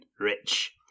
rich